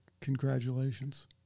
congratulations